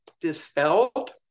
dispelled